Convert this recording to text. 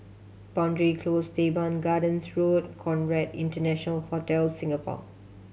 Boundary Close Teban Gardens Road Conrad International Hotel Singapore